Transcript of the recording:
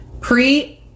Pre-